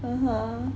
很好